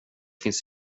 finns